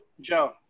Joe